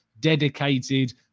dedicated